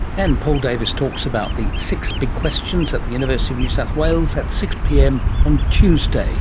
and paul davies talks about the six big questions at the university of new south wales at six pm on tuesday